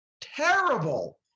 terrible